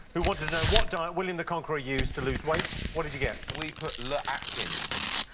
who wanted to know what diet william the conqueror used to lose weight. what did you get? we put le atkins.